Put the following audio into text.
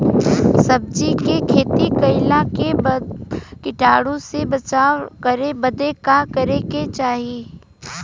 सब्जी के खेती कइला के बाद कीटाणु से बचाव करे बदे का करे के चाही?